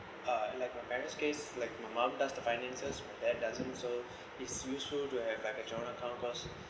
uh like my parents' case like my mom does the finances my dad doesn't so it's useful to have like a joint account cause